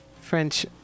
French